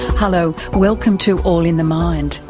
hello, welcome to all in the mind,